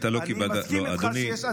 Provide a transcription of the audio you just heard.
לא קיבלת,